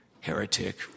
Heretic